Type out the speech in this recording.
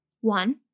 one